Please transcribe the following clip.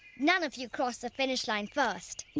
none of you crossed the finish line first.